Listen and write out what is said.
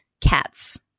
Cats